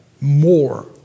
more